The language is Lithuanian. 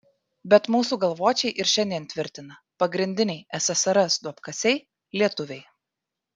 bet mūsų galvočiai ir šiandien tvirtina pagrindiniai ssrs duobkasiai lietuviai